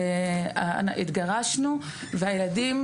התגרשנו והילדים